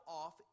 off